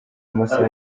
amasaha